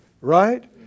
right